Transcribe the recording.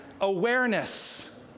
awareness